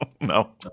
No